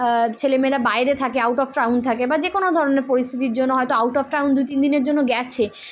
ছেলেময়েরা বাইরে থাকে out of town থাকে বা যে কোনো ধরনের পরিস্থিতির জন্য হয়তো আউট অফ টাউন দু তিন দিনের জন্য গেছে